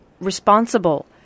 responsible